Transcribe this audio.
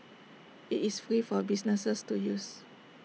IT is free for businesses to use